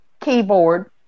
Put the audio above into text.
keyboard